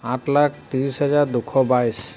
সাত লাখ ত্ৰিছ হাজাৰ দুশ বাইছ